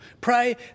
Pray